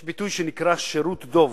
יש הביטוי שירות דוב.